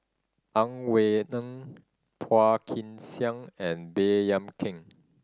Ang Wei Neng Phua Kin Siang and Baey Yam Keng